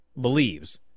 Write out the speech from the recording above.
believes